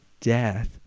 Death